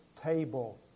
table